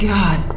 God